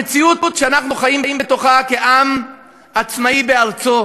המציאות שאנחנו חיים בתוכה כעם עצמאי בארצו.